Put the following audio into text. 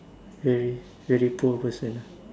very very poor person ah